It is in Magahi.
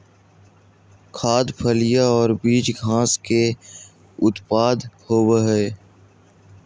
खाद्य, फलियां और बीज घास के उत्पाद होबो हइ